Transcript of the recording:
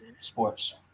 sports